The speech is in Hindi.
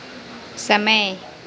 समय